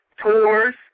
tours